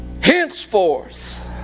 Henceforth